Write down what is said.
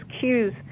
cues